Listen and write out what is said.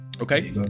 Okay